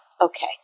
okay